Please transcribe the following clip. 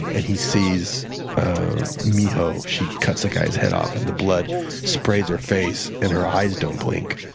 and and he sees miho. she cuts the guy's head off and the blood sprays her face, and her eyes don't blink,